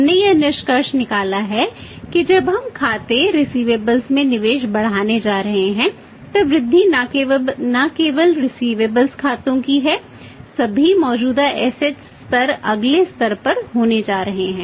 हमने यह निष्कर्ष निकाला है कि जब हम खाते रिसिवेबल्स स्तर अगले स्तर पर होने जा रहे हैं